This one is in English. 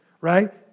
right